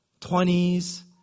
20s